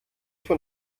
von